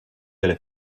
delle